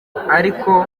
ariko